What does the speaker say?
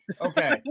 Okay